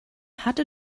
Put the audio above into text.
hatte